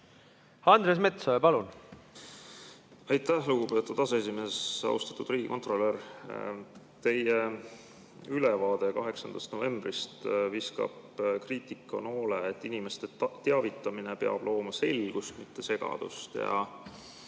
jaoks esile? Aitäh, lugupeetud aseesimees! Austatud riigikontrolör! Teie ülevaade 8. novembrist viskab kriitikanoole, et inimeste teavitamine peab looma selgust, mitte segadust.